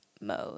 mode